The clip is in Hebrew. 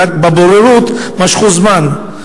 רק בבוררות משכו זמן.